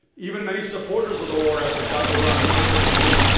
even many supporters of the war effort thought we were on the brink of defeat.